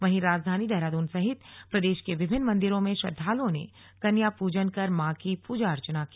वहीं राजधानी देहरादून सहित प्रदेश के विभिन्न मंदिरों में श्रद्वालुओं ने कन्या पूजन कर मां की पूजा अर्चना की